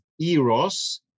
eros